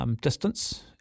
distance